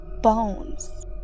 Bones